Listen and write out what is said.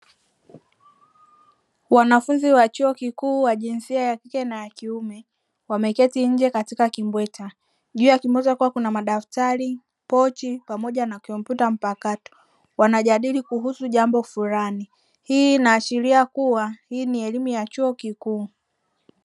Wanafunzi wa chuo kikuu wajinsia ya kike na ya kiume wameketi nje katika kimbweta juu ya kimbweta kukiwa kuna madaftari, pochi pamoja na kompyuta mpakato, wanajadili kuhusu jambo fulani, hii inaashiria kuwa hii ni elimu ya chuo kikuu.